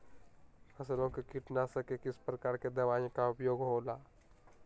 फसलों के कीटनाशक के किस प्रकार के दवाइयों का उपयोग हो ला?